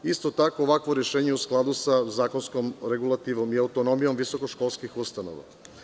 Isto tako, ovakvo rešenje je u skladu sa zakonskom regulativom i autonomijom visokoškolskih ustanova.